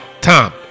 Tom